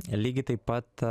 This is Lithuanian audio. lygiai taip pat